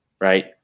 Right